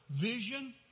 vision